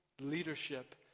leadership